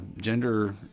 gender